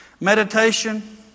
meditation